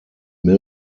mill